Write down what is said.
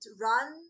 run